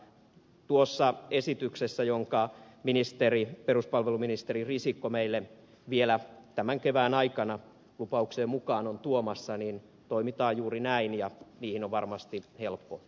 tuossa esityksessä jonka peruspalveluminis teri risikko meille vielä tämän kevään aikana lupauksien mukaan on tuomassa toimitaan juuri näin ja siihen on varmasti helppo yhtyä